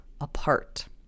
apart